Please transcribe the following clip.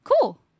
Cool